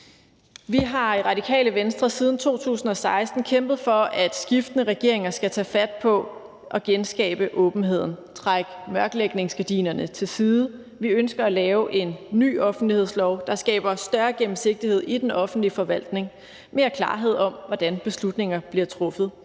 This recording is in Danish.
Vi har i Radikale Venstre siden 2016 kæmpet for, at skiftende regeringer skulle tage fat på at genskabe åbenheden, trække mørklægningsgardinerne til side. Vi ønsker at lave en ny offentlighedslov, der skaber større gennemsigtighed i den offentlige forvaltning og mere klarhed om, hvordan beslutninger bliver truffet.